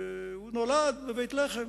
הוא נולד בבית-לחם,